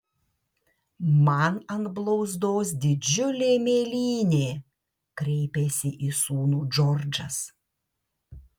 man ant blauzdos didžiulė mėlynė kreipėsi į sūnų džordžas